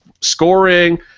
scoring